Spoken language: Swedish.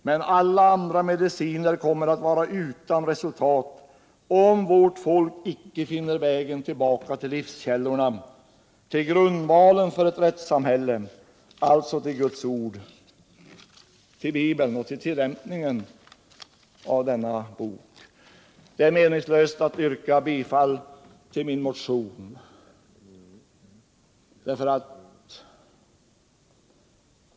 Men alla andra mediciner kommer att vara utan resultat, om inte vårt folk finner vägen tillbaka till livskällorna, till grundvalen för ett rättssamhälle, alltså till Guds ord, till Bibeln och tillämpningen av denna bok. Det är meningslöst att yrka bifall till min motion.